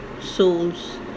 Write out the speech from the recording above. souls